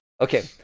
Okay